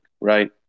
right